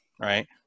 Right